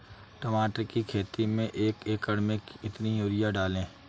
मटर की खेती में एक एकड़ में कितनी यूरिया डालें?